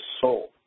soul